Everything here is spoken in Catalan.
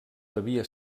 devia